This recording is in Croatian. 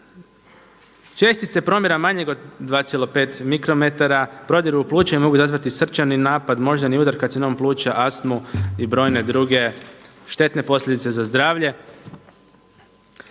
Čestice promjera manjeg od 2,5 mikrometara, prodiru u pluća i mogu izazvati srčani napad, moždani udar, karcinom pluća, astmu i brojne druge štetne posljedice za zdravlje.